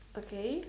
okay